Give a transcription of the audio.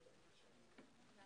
מרוויח.